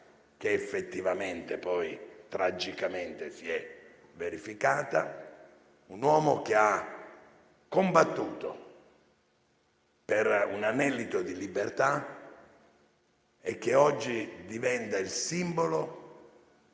che effettivamente si è poi tragicamente verificata; un uomo che ha combattuto per un anelito di libertà e che oggi diventa il simbolo